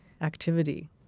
activity